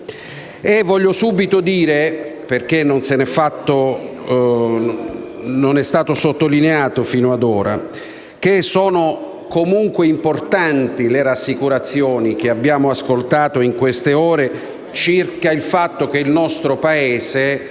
Vorrei subito dire, perché non è stato sottolineato fino ad ora, che sono comunque importanti le rassicurazioni ascoltate in queste ore circa il fatto che il nostro Paese